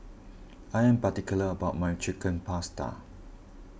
I am particular about my Chicken Pasta